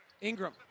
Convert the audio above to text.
Ingram